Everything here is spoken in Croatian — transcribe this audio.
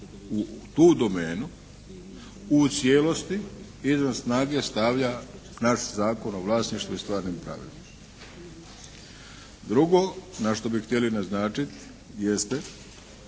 u tu domenu u cijelosti izvan snage stavlja naš Zakon o vlasništvu i stvarnim pravima. Drugo na što bi htjeli naznačiti jeste